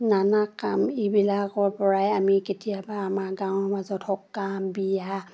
নানা কাম এইবিলাকৰ পৰাই আমি কেতিয়াবা আমাৰ গাঁৱৰ মাজত সকাম বিয়া